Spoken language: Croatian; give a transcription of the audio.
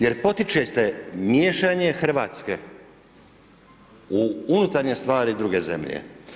Jer potičete miješanje Hrvatske u unutarnje stvari druge zemlje.